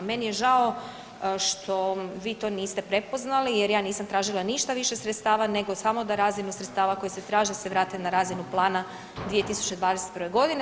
Meni je žao što vi to niste prepoznali jer ja nisam tražila ništa više sredstava nego samo da razinu sredstva koji se traže se vrate na razinu plana 2021.g.